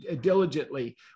diligently